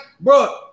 bro